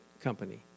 company